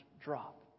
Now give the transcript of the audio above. drop